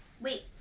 Wait